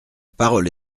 parole